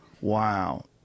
Wow